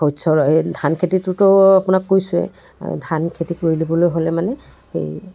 শস্যৰ এই ধান খেতিটোতো আপোনাক কৈছোঁৱে ধান খতি কৰিবলৈ হ'লে মানে সেই